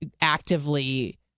actively